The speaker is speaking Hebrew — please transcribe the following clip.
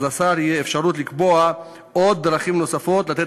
אז לשר תהיה אפשרות לקבוע דרכים נוספות לתת